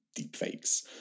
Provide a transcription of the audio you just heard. deepfakes